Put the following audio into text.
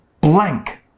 blank